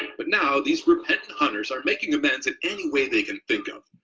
but now these repentant hunters are making amends in any way they can think of,